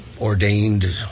ordained